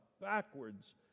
backwards